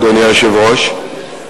אדוני היושב-ראש,